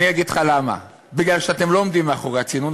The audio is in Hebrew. אני אגיד לך למה: אתם לא עומדים מאחורי הצינון,